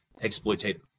exploitative